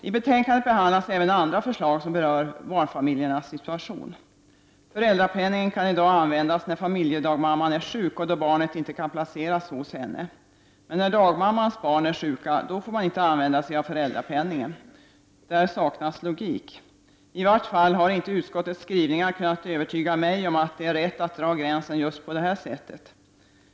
I betänkandet behandlas även andra förslag som berör barnfamiljernas situation. Föräldrapenningen kan i dag användas när familjedagmamman är sjuk och då barnen inte kan placeras hos henne. Men när dagmammans barn är sjuka får man inte använda föräldrapenningen. Där saknas logik. Utskottets skrivningar har i varje fall inte kunnat övertyga mig om att det är rätt att dra gränsen just på detta sätt.